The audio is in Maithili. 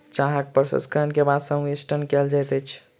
चाहक प्रसंस्करण के बाद संवेष्टन कयल जाइत अछि